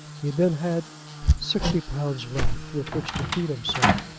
he then had sixty pounds left, with which to feed himself,